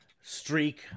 streak